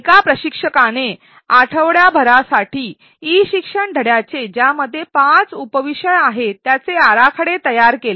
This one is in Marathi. एका प्रशिक्षकाने आठवडाभरासाठी ई शिक्षण धड्याचे ज्यामध्ये ५ उपविषय आहेत त्याचे आराखडे तयार केले